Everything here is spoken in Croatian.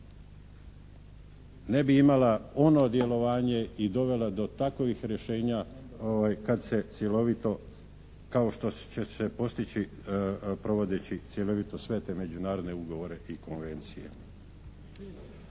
ne bi imala ono djelovanje i dovela do takovih rješenja kad se cjelovito kao što će se postići provodeći cjelovito sve te međunarodne ugovore i konvencije.